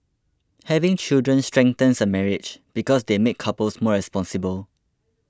having children strengthens a marriage because they make couples more responsible